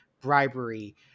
bribery